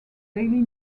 daily